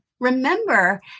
Remember